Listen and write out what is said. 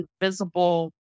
invisible